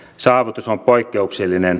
saavutus on poikkeuksellinen